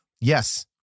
Yes